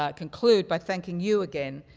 ah conclude by thanking you again,